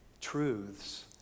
truths